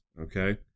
okay